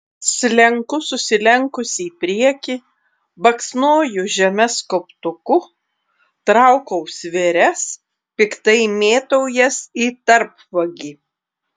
slenku susilenkusi į priekį baksnoju žemes kauptuku traukau svėres piktai mėtau jas į tarpvagį